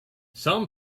some